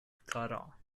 clara